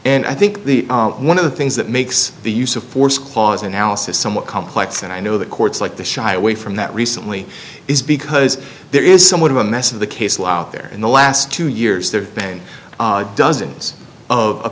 and i think one of the things that makes the use of force clause analysis somewhat complex and i know the courts like to shy away from that recently is because there is somewhat of a mess of the case law out there in the last two years there have been dozens of